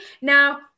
now